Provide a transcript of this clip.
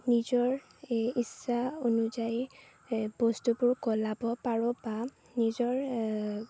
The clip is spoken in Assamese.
নিজৰ এই ইচ্ছা অনুযায়ী এই বস্তুবোৰ গলাব পাৰোঁ বা নিজৰ